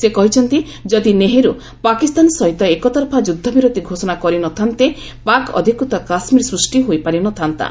ସେ କହିଛନ୍ତି ଯଦି ନେହେରୁ ପାକିସ୍ତାନ ସହିତ ଏକତରଫା ଯୁଦ୍ଧବିରତି ଘୋଷଣା କରି ନ ଥାନ୍ତେ ପାକ୍ ଅଧିକୃତ କାଶ୍କୀର ସୃଷ୍ଟି ହୋଇପାରି ନ ଥାନ୍ତା